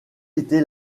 était